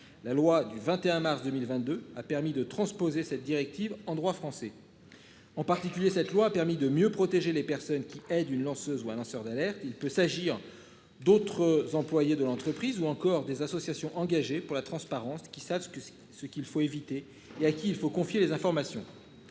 La loi du 21 mars 2022 a permis de transposer cette directive en droit français. En particulier, cette loi a permis de mieux protéger les personnes qui est d'une lanceuse ou un lanceur d'alerte. Il peut s'agir d'autres employé de l'entreprise ou encore des associations engagées pour la transparence qui savent ce que ce qu'il faut éviter et à qui il faut confier les informations.